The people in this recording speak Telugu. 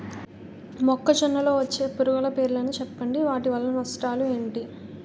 మొక్కజొన్న లో వచ్చే పురుగుల పేర్లను చెప్పండి? వాటి వల్ల నష్టాలు ఎంటి?